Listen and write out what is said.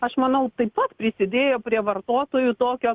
aš manau taip pat prisidėjo prie vartotojų tokio